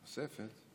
נוספת?